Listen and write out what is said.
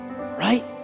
Right